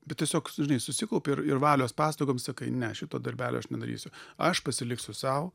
bet tiesiog žinai susikaupi ir ir valios pastangom sakai ne šito darbelio aš nedarysiu aš pasiliksiu sau